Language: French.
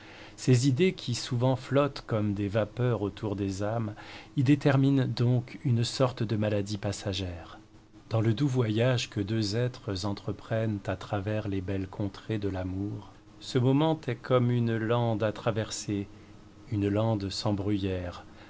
ces idées qui souvent flottent comme des vapeurs à l'alentour des âmes y déterminent donc une sorte de maladie passagère dans le doux voyage que deux êtres entreprennent à travers les belles contrées de l'amour ce moment est comme une lande à traverser une lande sans bruyères